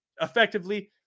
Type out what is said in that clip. effectively